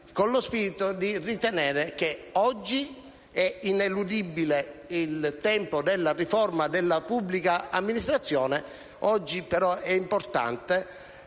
con lo spirito di ritenere che oggi è ineludibile il tempo della riforma della pubblica amministrazione; però è anche importante